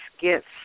gifts